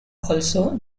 also